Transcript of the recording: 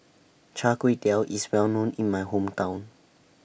Char Kway Teow IS Well known in My Hometown